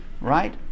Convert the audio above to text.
right